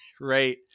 right